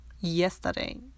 yesterday